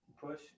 push